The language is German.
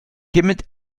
kommt